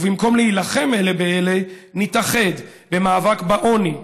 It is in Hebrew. ובמקום להילחם אלה באלה נתאחד במאבק בעוני,